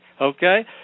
Okay